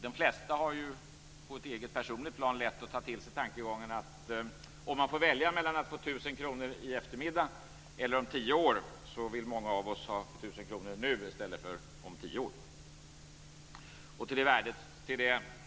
De flesta har på det personliga planet lätt att ta till sig tankegången kring situationen att man får välja mellan att få 1 000 kr samma eftermiddag eller att få pengarna om tio år. Då är det många som vill ha 1 000 kr med en gång i stället för om tio år.